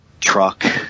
truck